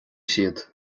siad